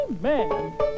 man